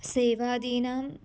सेवादीनां